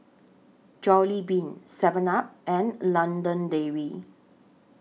Jollibean Seven up and London Dairy